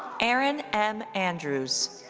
erin m. andrews.